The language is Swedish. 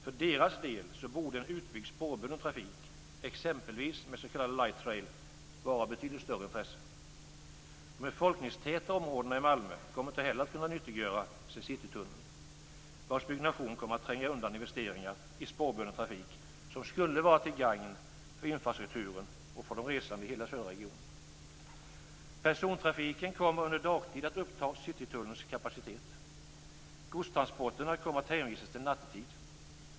För deras del borde en utbyggd spårbunden trafik, exempelvis med s.k. lightrail, vara av betydligt större intresse. De befolkningstäta områdena i Malmö kommer inte heller att kunna nyttiggöra sig Citytunneln, vars byggande kommer att tränga undan investeringar i spårbunden trafik som skulle vara till gagn för infrastrukturen och för de resande i hela södra regionen. Citytunnelns kapacitet. Godstransporterna kommer att hänvisas till nattid.